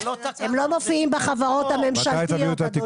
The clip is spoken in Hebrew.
הם לא מופיעים בחברות הממשלתיות, אדוני.